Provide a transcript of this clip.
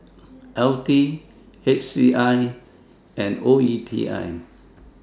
LT HCI and OETI